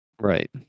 Right